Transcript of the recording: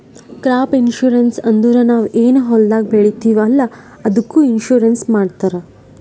crop insurance ಅಂದುರ್ ನಾವ್ ಏನ್ ಹೊಲ್ದಾಗ್ ಬೆಳಿತೀವಿ ಅಲ್ಲಾ ಅದ್ದುಕ್ ಇನ್ಸೂರೆನ್ಸ್ ಮಾಡ್ತಾರ್